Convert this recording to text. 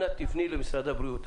אנא פני למשרד הבריאות.